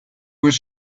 was